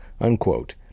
unquote